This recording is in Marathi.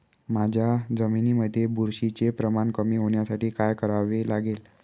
माझ्या जमिनीमधील बुरशीचे प्रमाण कमी होण्यासाठी काय करावे लागेल?